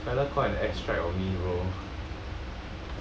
that fella caught an extract of me bro